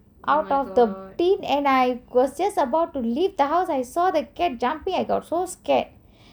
out of the tin and I was just about to leave the house I saw the cat jumping I got so scared